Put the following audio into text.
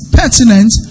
pertinent